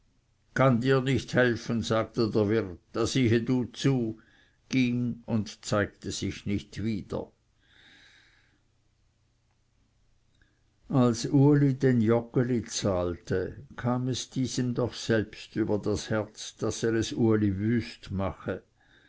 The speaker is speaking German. kann dir nicht helfen sagte der wirt da siehe du zu ging und zeigte sich nicht wieder als uli den joggeli zahlte kam es diesem doch selbst über das herz daß er es uli wüst mache